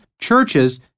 churches